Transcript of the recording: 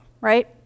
right